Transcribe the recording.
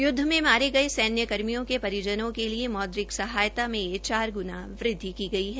युद्व में मारे गये सैन्य कर्मियों के परिजनों के लिए मौद्रिक सहायता में यह चार गुणा वृद्वि की गई है